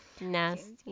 Nasty